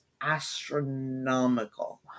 astronomical